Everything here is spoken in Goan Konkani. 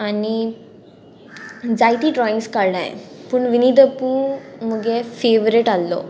आनी जायती ड्रॉइंगस काडले पूण विनी धू मगे फेवरेट आहलो